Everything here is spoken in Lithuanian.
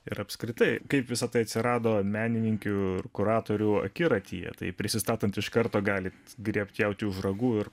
ir apskritai kaip visa tai atsirado menininkių ir kuratorių akiratyje tai prisistatant iš karto galit griebti jautį už ragų ir